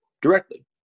directly